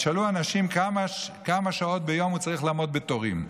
תשאלו אנשים כמה שעות ביום הם צריכים לעמוד בתורים.